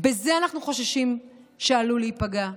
אנחנו חוששים שהוא עלול להיפגע.